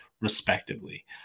respectively